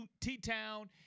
T-Town